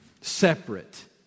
separate